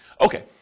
Okay